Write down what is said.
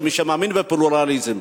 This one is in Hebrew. כמי שמאמין בפלורליזם,